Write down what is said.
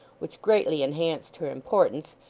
which greatly enhanced her importance,